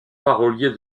parolier